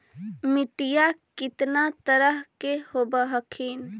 मिट्टीया कितना तरह के होब हखिन?